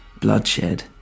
bloodshed